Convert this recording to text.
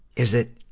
is it,